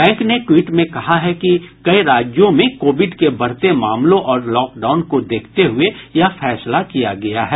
bank ने tweet में कहा है कि कई राज्यों में कोविड के बढते मामलों और लॉकडाउन को देखते हुए यह फैसला किया गया है